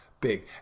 big